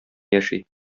яши